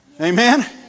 Amen